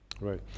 Right